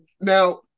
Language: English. Now